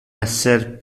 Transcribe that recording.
esser